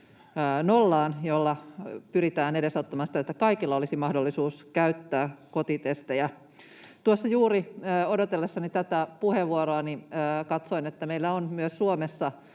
nollaan, millä pyritään edesauttamaan sitä, että kaikilla olisi mahdollisuus käyttää kotitestejä. Tuossa odotellessani tätä puheenvuoroani katsoin, että meillä on myös Suomessa